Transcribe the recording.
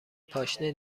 پاشنه